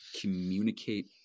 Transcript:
communicate